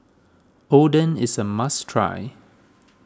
Oden is a must try